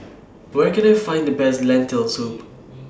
Where Can I Find The Best Lentil Soup